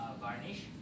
Varnish